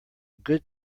good